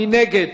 מי נגד?